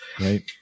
Right